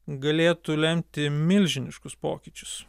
galėtų lemti milžiniškus pokyčius